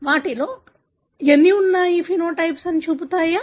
వాటిలో ఎన్ని ఉన్నాయి ఫెనోటైప్ ను చూపుతాయా